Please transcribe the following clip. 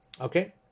Okay